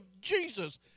Jesus